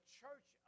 church